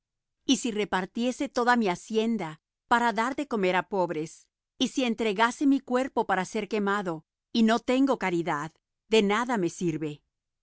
y si repartiese toda mi hacienda para dar de comer a pobres y si entregase mi cuerpo para ser quemado y no tengo caridad de nada me sirve